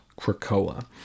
Krakoa